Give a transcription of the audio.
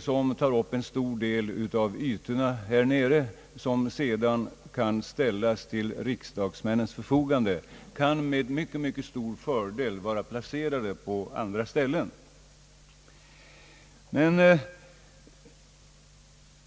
som tar upp en del av ytorna här nere, sedan kan ställas till riksdagsmännens förfogande. Böckerna kan med fördel vara placerade på andra ställen.